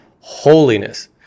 holiness